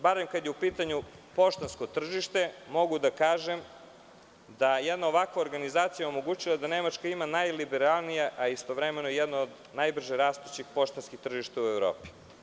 Barem kada je u pitanju poštansko tržište, mogu da kažem da jedna ovakva organizacija omogućuje da Nemačka ima najliberalnije a istovremeno jedno od najbrže rastućeg poštanskog tržišta u Evropi.